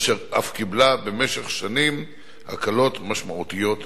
אשר אף קיבלה במשך שנים הקלות משמעותיות מהמדינה.